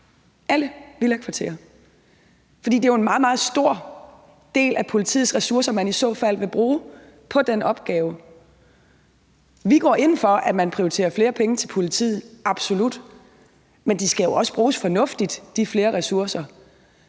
det er jo en meget, meget stor del af politiets ressourcer, man i så fald vil bruge på den opgave. Vi går ind for, at man prioriterer flere penge til politiet – absolut. Men de flere ressourcer skal jo også bruges fornuftigt.